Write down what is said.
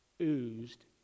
oozed